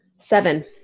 seven